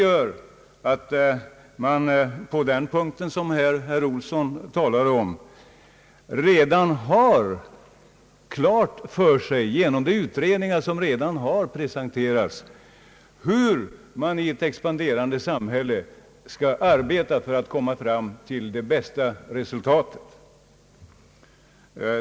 På det näringspolitiska området, som herr Olsson här talar om, har vi faktiskt genom de utredningar som redan presenterats ganska klart för oss hur man i ett expanderande samhälle skall arbeta för att uppnå det bästa resultatet.